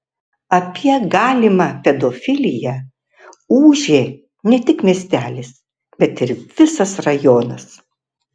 apie galimą pedofiliją ūžė ne tik miestelis bet ir visas rajonas